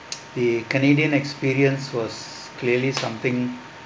the canadian experience was clearly something